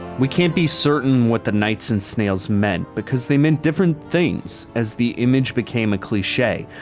we can't be certain what the knights and snails meant because they meant different things as the image became a cliche.